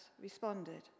responded